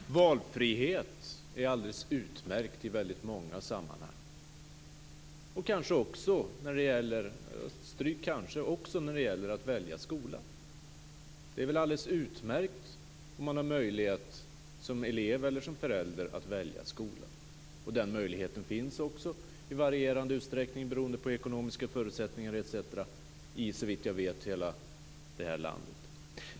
Fru talman! Valfrihet är alldeles utmärkt i väldigt många sammanhang, också när det gäller att välja skola. Det är väl alldeles utmärkt om man har möjlighet, som elev eller som förälder, att välja skola. Den möjligheten finns också i varierande utsträckning beroende på ekonomiska förutsättningar etc. i såvitt jag vet hela det här landet.